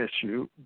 issue